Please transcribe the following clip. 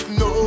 no